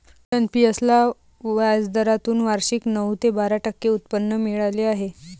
NPS ला व्याजदरातून वार्षिक नऊ ते बारा टक्के उत्पन्न मिळाले आहे